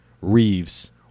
Reeves